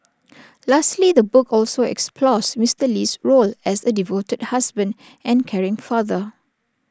lastly the book also explores Mister Lee's role as A devoted husband and caring father